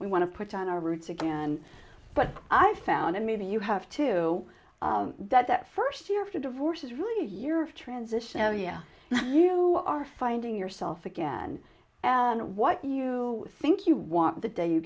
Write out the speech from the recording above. we want to put on our roots again but i found and maybe you have to that that first year after divorce is really a year of transition oh yeah you are finding yourself again what you think you want the day you